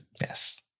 Yes